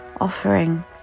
offering